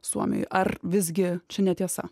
suomijoj ar visgi čia netiesa